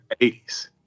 80s